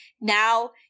now